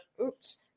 Oops